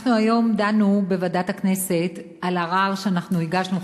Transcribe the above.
היום דנו בוועדת הכנסת על ערר שאנחנו הגשנו,